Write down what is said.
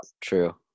true